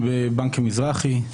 בבנק המזרחי.